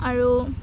আৰু